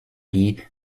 die